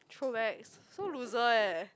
throwback so loser eh